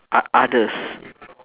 o~ others